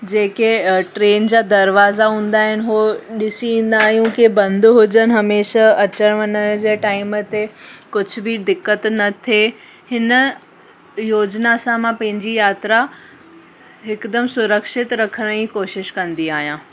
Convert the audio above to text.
जेके ट्रेन जा दरवाजा हूंदा आहिनि उहो ॾिसी ईंदा आहियूं कि बंदि हुजनि हमेशह अचणु वञण जे टाइम ते कुझु बि दिक़त न थिए हिन योजना सां मां पंहिंजी यात्रा हिकदमि सुरक्षित रखण जी कोशिश कंंदी आहियां